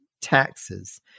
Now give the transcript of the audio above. taxes